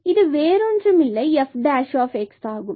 இது வேறொன்றுமில்லை f' ஆகும்